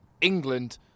England